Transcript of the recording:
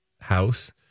house